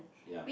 ya